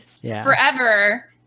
forever